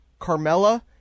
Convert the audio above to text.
carmella